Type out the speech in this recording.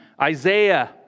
Isaiah